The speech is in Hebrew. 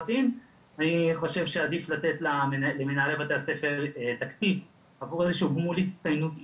אני חושב שעדיף תת למנהלי בתי הספר תקציב עבור איזה שהוא גמול הצטיינות,